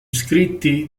scritti